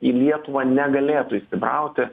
į lietuvą negalėtų įsibrauti